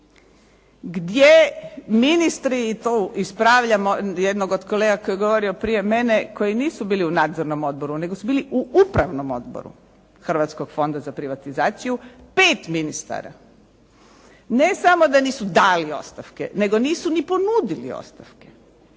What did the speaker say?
Gdje ministri, tu ispravljam jednog od kolega koji je govorio prije mene, koji nisu bili u nadzornom odboru nego su bili u Upravnom odboru hrvatskog Fonda za privatizaciju, pet ministara. Ne samo da nisu dali ostavke, nego nisu ni ponudili ostavku.